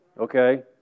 okay